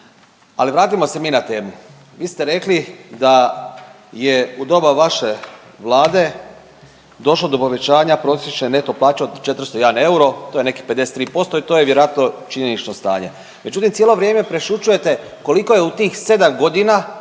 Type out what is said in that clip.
ali vratimo se mi na temu. Vi ste rekli da je u doba vaše Vlade došlo do povećanja prosječne neto plaće od 401 euro, to je nekih 53% i to je vjerojatno činjenično stanje. Međutim, cijelo vrijeme prešućujete koliko je u tih 7 godina